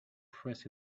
press